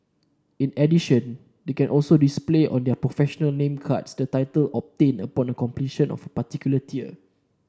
in addition they can also display on their professional name cards the title obtained upon completion of particular tier